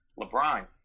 LeBron